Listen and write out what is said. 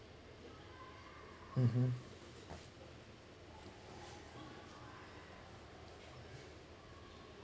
(uh huh)